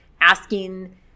asking